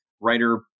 writer